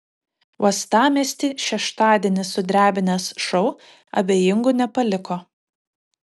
uostamiestį šeštadienį sudrebinęs šou abejingų nepaliko